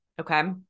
Okay